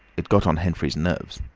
it got on henfrey's nerves.